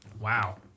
Wow